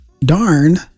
darn